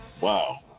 Wow